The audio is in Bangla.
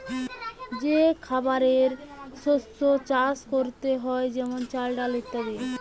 যে খাবারের শস্য চাষ করতে হয়ে যেমন চাল, ডাল ইত্যাদি